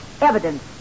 evidence